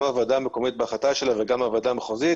גם הוועדה המקומית בהחלטה שלה וגם הוועדה המחוזית